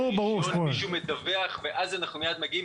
הרכב מישהו מדווח ואז אנחנו מגיעים מיד.